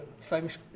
famous